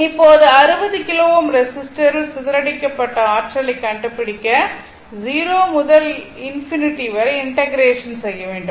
இப்போது 60 கிலோ Ω ரெசிஸ்டரில் சிதறடிக்கப்பட்ட ஆற்றலை கண்டுபிடிக்க 0 முதல் ∞ வரை இன்டக்ரேஷன் செய்ய வேண்டும்